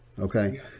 Okay